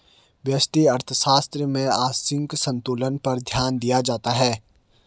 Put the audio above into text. व्यष्टि अर्थशास्त्र में आंशिक संतुलन पर ध्यान दिया जाता है